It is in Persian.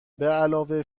بعلاوه